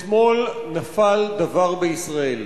אתמול נפל דבר בישראל,